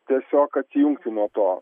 tiesiog atsijungti nuo to